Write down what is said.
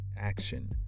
action